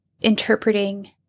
interpreting